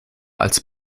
als